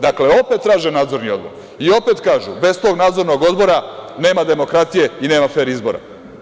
Dakle, opet traže Nadzorni odbor i opet kažu - bez tog Nadzornog odbora nema demokratije i fer izbora.